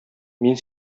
мин